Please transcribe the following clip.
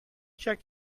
check